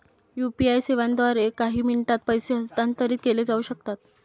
UPI सेवांद्वारे काही मिनिटांत पैसे हस्तांतरित केले जाऊ शकतात